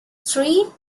three